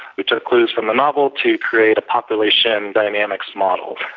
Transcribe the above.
we took clues from the novel to create a population dynamics model.